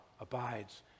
abides